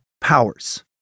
powers